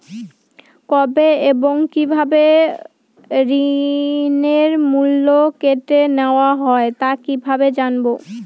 কবে এবং কিভাবে ঋণের মূল্য কেটে নেওয়া হয় তা কিভাবে জানবো?